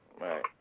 Right